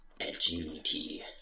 agility